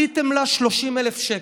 עליתם לה 30,000 שקל,